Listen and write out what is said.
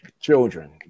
children